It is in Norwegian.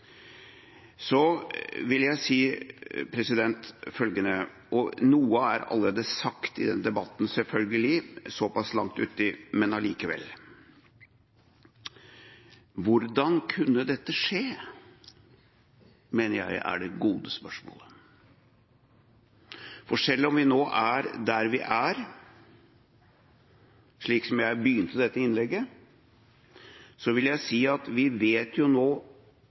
Så vil jeg si følgende – og noe er allerede sagt i denne debatten, selvfølgelig, såpass langt uti den, men allikevel: Hvordan kunne dette skje? Det mener jeg er det gode spørsmålet. For selv om vi nå er der vi er, slik jeg begynte dette innlegget med, vil jeg si at vi vet jo